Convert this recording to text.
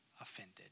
offended